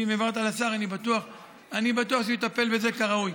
ואם העברת לשר אני בטוח שהוא יטפל בזה כראוי.